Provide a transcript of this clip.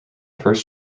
first